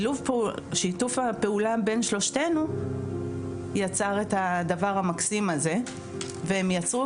שיתוף הפעולה בין שלושתינו יצר את הדבר המקסים הזה והם יצרו